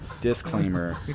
Disclaimer